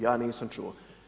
Ja nisam čuo.